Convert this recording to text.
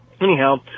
Anyhow